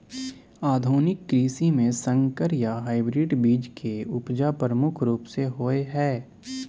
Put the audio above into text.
आधुनिक कृषि में संकर या हाइब्रिड बीज के उपजा प्रमुख रूप से होय हय